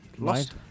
Lost